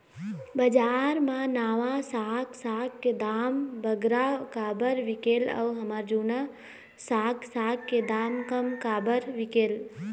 बजार मा नावा साग साग के दाम बगरा काबर बिकेल अऊ हमर जूना साग साग के दाम कम काबर बिकेल?